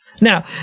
Now